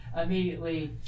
immediately